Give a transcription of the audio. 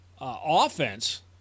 offense